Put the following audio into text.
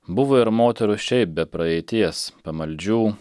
buvo ir moterų šiaip be praeities pamaldžių